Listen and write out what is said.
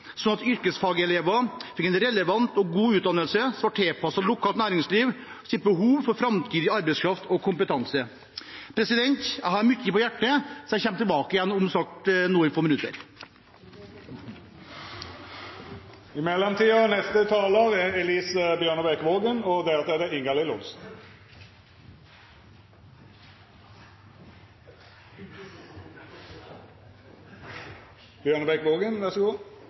at yrkesfagelevene fikk en relevant og god utdannelse tilpasset lokalt næringslivs behov for framtidig arbeidskraft og kompetanse. Jeg har mye på hjertet, så jeg kommer tilbake om noen få minutter. I trontalen hørte vi at regjeringen satser på arbeidet mot vold og